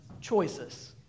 choices